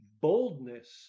boldness